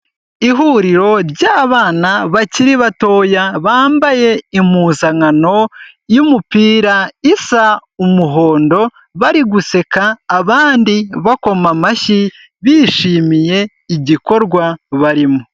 Ihuriro ry'abana bakiri batoya bambaye impuzankano y'umupira isa umuhondo bari guseka abandi bakoma amashyi bishimiye igikorwa barimo.